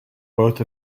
both